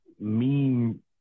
meme